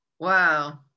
wow